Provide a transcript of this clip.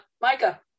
Micah